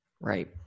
Right